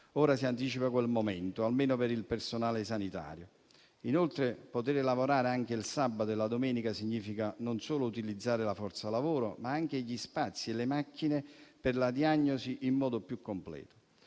Ora si anticipa quel momento, almeno per il personale sanitario. Inoltre, poter lavorare anche il sabato e la domenica significa utilizzare non solo la forza lavoro, ma anche gli spazi e le macchine per la diagnosi in modo più completo.